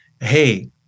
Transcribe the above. Hey